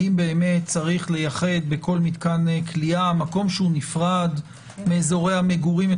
האם צריך לייחד בכל מתקן כליאה מקום שהוא נפרד מאזורי המגורים.